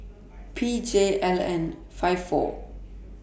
P J L N five four